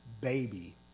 baby